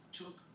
took